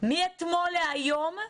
לנתונים מאתמול להיום.